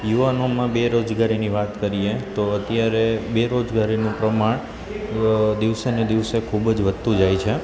યુવાનોમાં બેરોજગારીની વાત કરીએ તો અત્યારે બેરોજગારીનું પ્રમાણ દિવસે ને દિવસે ખૂબ જ વધતું જાય છે